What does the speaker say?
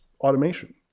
automation